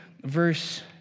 verse